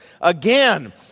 Again